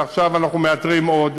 ועכשיו אנחנו מאתרים עוד.